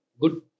good